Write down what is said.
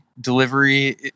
delivery